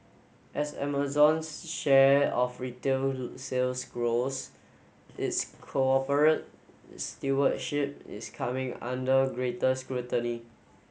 as Amazon's share of retail sales grows its corporate stewardship is coming under greater scrutiny